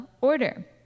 order